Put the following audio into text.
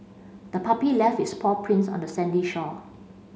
the puppy left its paw prints on the sandy shore